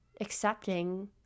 accepting